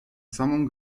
samą